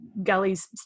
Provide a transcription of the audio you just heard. Gully's